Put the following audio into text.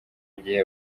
gihe